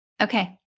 Okay